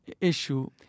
issue